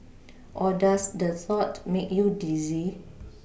or does the thought make you dizzy